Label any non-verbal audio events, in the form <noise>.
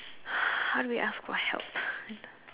how do we ask for help <breath>